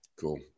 Cool